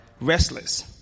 restless